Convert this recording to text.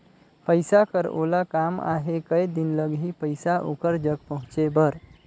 पइसा कर ओला काम आहे कये दिन लगही पइसा ओकर जग पहुंचे बर?